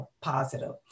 positive